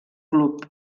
club